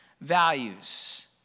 values